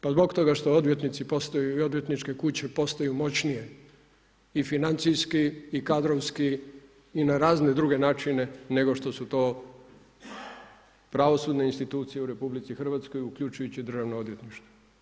Pa zbog toga što odvjetnici i odvjetničke kuće postaju moćnije i financijski i kadrovski i na razne druge načine nego što su to pravosudne institucije u RH, uključujući državno odvjetništvo.